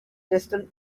distant